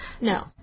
No